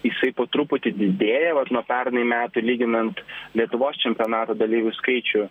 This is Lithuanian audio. jisai po truputį didėja vat nuo pernai metų lyginant lietuvos čempionato dalyvių skaičių